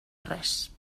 res